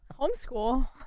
Homeschool